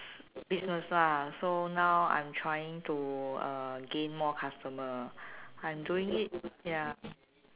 business lah so now I'm trying to uh gain more customer I'm doing it ya